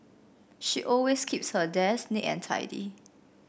she always keeps her desk neat and tidy